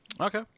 Okay